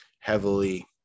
heavily